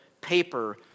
paper